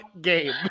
game